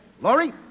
Laurie